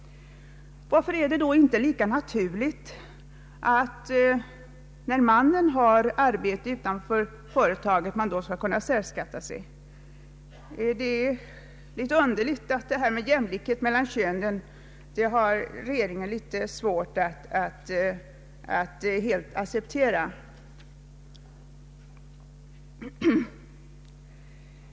Varför är det då inte lika naturligt att särbeskattas när mannen har arbete utanför företaget? Det är underligt att regeringen har litet svårt att helt acceptera detta med jämlikhet mellan könen.